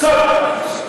אוסקוט.